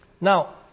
Now